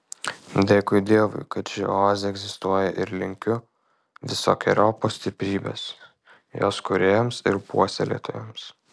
dėkui dievui kad ši oazė egzistuoja ir linkiu visokeriopos stiprybės jos kūrėjams ir puoselėtojams